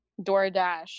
DoorDash